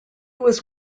was